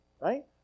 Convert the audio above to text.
right